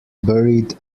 buried